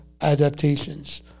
adaptations